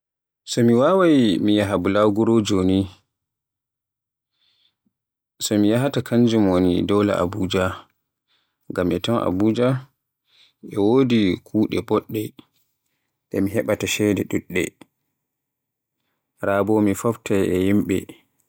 So mi waawai mi yaha buraguro joni, so mi yahaata kanjum woni dowla Abuja, ngam e ton Abuja e wodi kuuɗe boɗɗe, de mi heɓaata ceede duɗɗe, raa bo mi foftay e yimɓe.